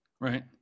Right